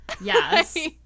yes